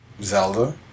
Zelda